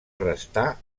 restar